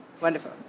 Wonderful